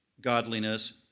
godliness